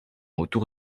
autour